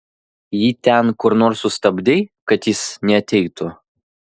jį ten kur nors sustabdei kad jis neateitų